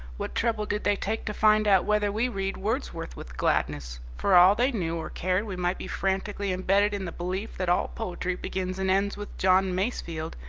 what trouble did they take to find out whether we read wordsworth with gladness? for all they knew or cared we might be frantically embedded in the belief that all poetry begins and ends with john masefield,